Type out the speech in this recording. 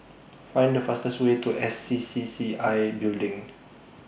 Find The fastest Way to S C C C I Building